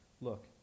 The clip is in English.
look